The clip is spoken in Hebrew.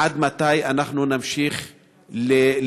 עד מתי אנחנו נמשיך לספור?